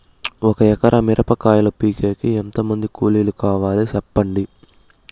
ఒక ఎకరా మిరప కాయలు పీకేకి ఎంత మంది కూలీలు కావాలి? సెప్పండి?